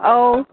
औ